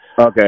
Okay